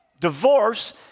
Divorce